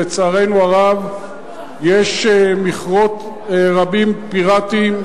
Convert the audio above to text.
לצערנו הרב יש מכרות רבים פיראטיים,